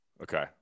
okay